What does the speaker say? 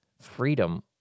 Freedom